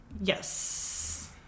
Yes